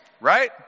Right